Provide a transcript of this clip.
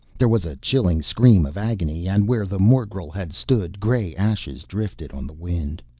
there was a chilling scream of agony, and where the morgel had stood gray ashes drifted on the wind.